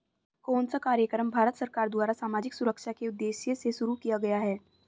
कौन सा कार्यक्रम भारत सरकार द्वारा सामाजिक सुरक्षा के उद्देश्य से शुरू किया गया है?